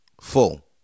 full